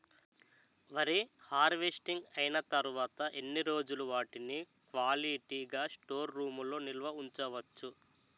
వరి హార్వెస్టింగ్ అయినా తరువత ఎన్ని రోజులు వాటిని క్వాలిటీ గ స్టోర్ రూమ్ లొ నిల్వ ఉంచ వచ్చు?